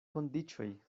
kondiĉoj